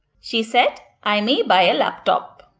she said, i may buy a laptop.